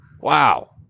Wow